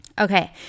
Okay